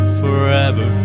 forever